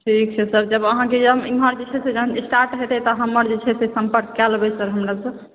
ठीक छै सर जब अहाँ एम्हर जे छै स्टार्ट हेतै तऽ हमर जे छै से सम्पर्क काय लेबै हमरा सॅं